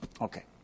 okay